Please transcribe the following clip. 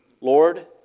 Lord